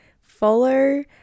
follow